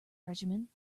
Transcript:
regime